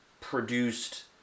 produced